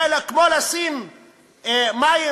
זה כמו לשים מדחום